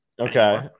Okay